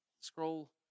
scroll